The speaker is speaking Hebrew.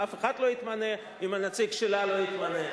ואף אחד לא יתמנה אם הנציג שלה לא יתמנה.